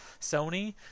Sony